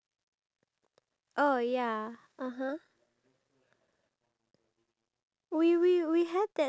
I don't know I think they just want to get rid of the fridge so they throw the the the fridge into that shredder thingy